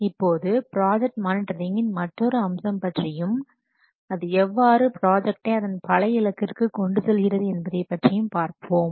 இப்போது ப்ராஜெக்ட் மானிட்டரிங்கின் மற்றொரு அம்சம் பற்றியும் அது எவ்வாறு ப்ராஜக்டை அதன் பழைய இலக்கிற்கு கொண்டு செல்கிறது என்பதை பார்ப்போம்